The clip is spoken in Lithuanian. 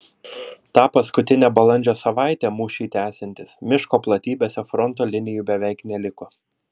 tą paskutinę balandžio savaitę mūšiui tęsiantis miško platybėse fronto linijų beveik neliko